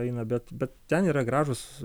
eina bet bet ten yra gražūs